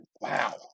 wow